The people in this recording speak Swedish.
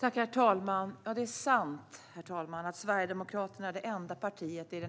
Herr talman! Ja, det är sant att Sverigedemokraterna är det enda partiet i